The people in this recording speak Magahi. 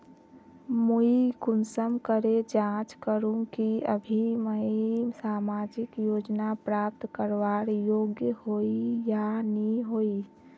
मुई कुंसम करे जाँच करूम की अभी मुई सामाजिक योजना प्राप्त करवार योग्य होई या नी होई?